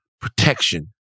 protection